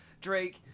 Drake